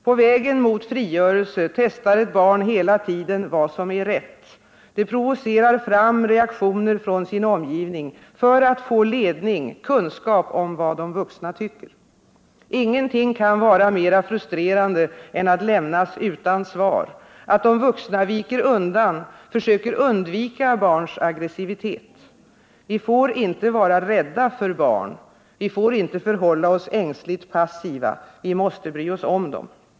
På vägen mot frigörelse testar ett barn hela tiden vad som är rätt — det provocerar fram reaktioner från sin omgivning för att få ledning, kunskap om vad de vuxna tycker. Ingenting kan vara mera frustrerande än att lämnas utan svar, att de vuxna viker undan, försöker undvika barns aggressivitet. Vi får inte vara rädda för barn, vi får inte förhålla oss ängsligt passiva. Vi måste bry oss om dem.